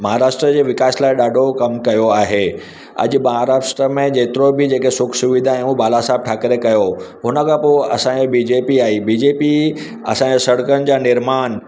महाराष्ट्र जे विकास लाइ ॾाढो कमु कयो आहे अॼु महाराष्ट्र में जेतिरो बि जेके सुखु सुविधा आहे उहो बाला साहब ठाकरे कयो हुन खां पोइ असांजे बी जे पी आई बी जे पी असांजे सड़कनि जा निर्माण